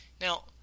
Now